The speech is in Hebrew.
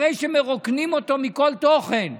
אחרי שמרוקנים אותו מכל תוכן ואומרים: